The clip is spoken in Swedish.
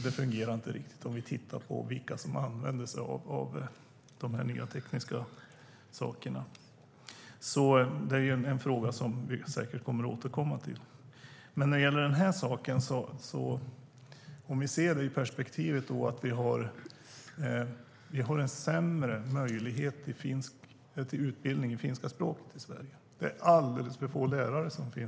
Det fungerar inte riktigt om vi tittar på vilka som använder sig av de nya tekniska sakerna. Det är en fråga som vi säkert kommer att återkomma till. Vi kan se det i perspektivet av att vi i Sverige har sämre möjligheter till utbildning i finska språket. Det finns alldeles för få lärare.